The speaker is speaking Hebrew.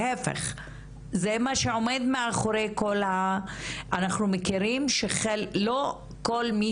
להיפך זה מה שעומד מאחורי כל ה- אנחנו מכירים שלא כל מי